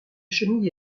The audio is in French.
chenille